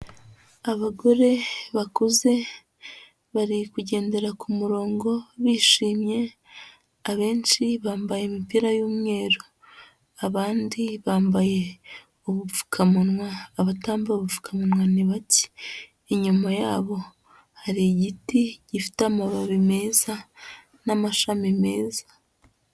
Abagore bakuze bari kugendera ku murongo bishimye, abenshi bambaye imipira y'umweru, abandi bambaye ubupfukamunwa, abatambaye ubupfukamunwa ni bake, inyuma yabo hari igiti gifite amababi meza n'amashami meza.